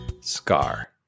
scar